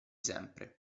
sempre